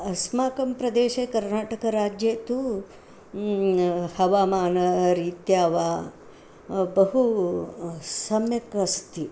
अस्माकं प्रदेशे कर्नाटकराज्ये तु हवामानरीत्या वा बहु सम्यक् अस्ति